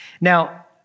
Now